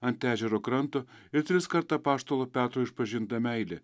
ant ežero kranto ir triskart apaštalo petro išpažinta meilė